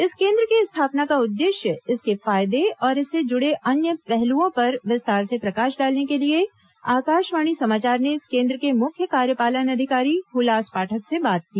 इस केन्द्र की स्थापना का उद्देश्य इसके फायदे और इससे जुड़े अन्य पहलुओं पर विस्तार से प्रकाश डालने के लिए आकाशवाणी समाचार ने इस केन्द्र के मुख्य कार्यपालन अधिकारी हुलास पाठक से बात की